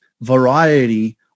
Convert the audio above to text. variety